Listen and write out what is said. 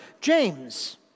James